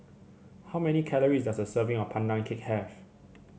how many calories does a serving of Pandan Cake have